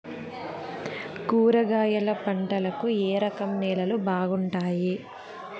కూరగాయల పంటలకు ఏ రకం నేలలు బాగుంటాయి?